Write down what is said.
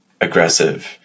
aggressive